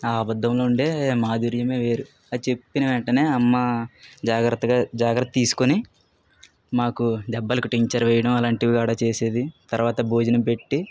ఆ అబద్ధములో ఉండే మాధుర్యమే వేరు అది చెప్పిన వెంటనే అమ్మ జాగ్రత్తగా జాగ్రత్త తీసుకుని మాకు దెబ్బలకి టించర్ వెయ్యడం అలాంటివి కూడా చేసేది తరువాత భోజనం పెట్టి